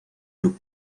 club